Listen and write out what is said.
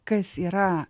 kas yra